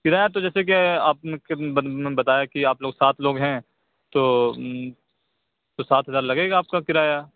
کرایہ تو جیسے کہ آپ بتایا کہ آپ لوگ سات لوگ ہیں تو تو سات ہزار لگے آپ کا کرایہ